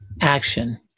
action